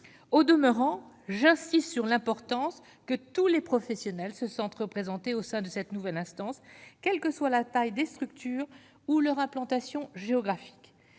au demeurant, j'insiste sur l'importance que tous les professionnels se sentent représentés au sein de cette nouvelle instance, quelle que soit la taille des structures ou leur implantation géographique